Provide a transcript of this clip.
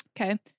Okay